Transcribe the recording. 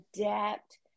adapt